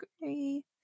agree